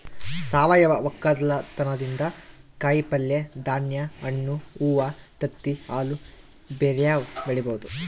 ಸಾವಯವ ವಕ್ಕಲತನದಿಂದ ಕಾಯಿಪಲ್ಯೆ, ಧಾನ್ಯ, ಹಣ್ಣು, ಹೂವ್ವ, ತತ್ತಿ, ಹಾಲು ಬ್ಯೆರೆವು ಬೆಳಿಬೊದು